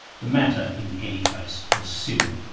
the matter in any case was civil,